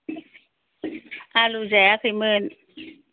आलु जायाखैमोन